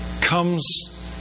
comes